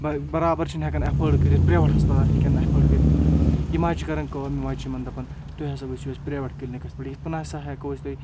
برابر چھِنہٕ ہؠکَان ایفٲڈ کٔرِتھ پریویٹ ہَسپَتال ہیٚکن ایٚفٲڈ کٔرِتھ کینٛہہ یِم حظ چھِ کَرَان کٲم یِم حظ چھِ یِمَن دَپَان تُہۍ ہَسا وٕچھِو أسۍ پرٛایویٹ کٕلنِکَس پؠٹھ یِتھ پٲٹھۍ ہَسا ہیٚکو أسۍ تۄہہِ